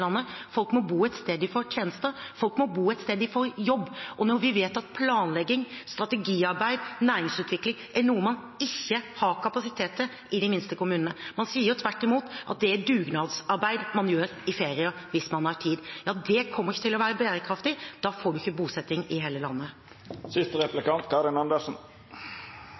landet. Folk må bo et sted de får tjenester. Folk må bo et sted de får jobb. Når vi vet at planlegging, strategiarbeid og næringsutvikling er noe man ikke har kapasitet til i de minste kommunene – man sier jo tvert imot at det er dugnadsarbeid man gjør i ferier hvis man har tid: Det kommer ikke til å være bærekraftig, og da får man ikke bosetting i hele